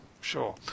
sure